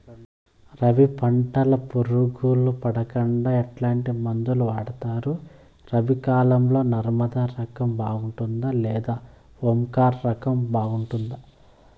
రబి పంటల పులుగులు పడకుండా ఎట్లాంటి మందులు వాడుతారు? రబీ కాలం లో నర్మదా రకం బాగుంటుందా లేదా ఓంకార్ రకం బాగుంటుందా?